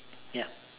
ya